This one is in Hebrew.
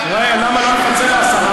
למה לא לפצל לעשרה?